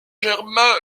germain